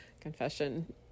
confession